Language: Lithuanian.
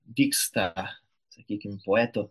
vyksta sakykim poeto